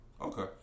Okay